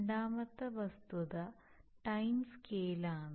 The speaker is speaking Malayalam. രണ്ടാമത്തെ വസ്തുത ടൈം സ്കെയിലാണ്